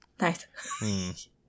Nice